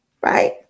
right